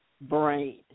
brain